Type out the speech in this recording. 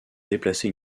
déplacer